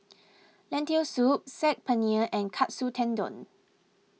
Lentil Soup Saag Paneer and Katsu Tendon